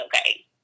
okay